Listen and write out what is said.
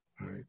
Right